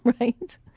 right